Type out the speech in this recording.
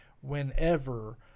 whenever